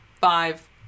five